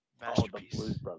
Masterpiece